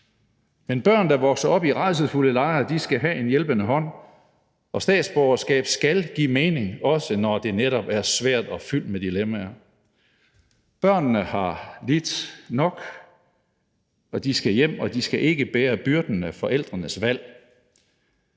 Men børn, der vokser op i rædselsfulde lejre, skal have en hjælpende hånd, og statsborgerskab skal give mening, også når det netop er svært og fyldt med dilemmaer. Børnene har lidt nok, og de skal hjem, og de skal ikke bære byrden af forældrenes valg.